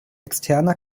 externer